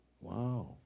Wow